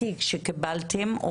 תיק שקיבלתם,